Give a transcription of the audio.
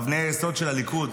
אבני היסוד של הליכוד.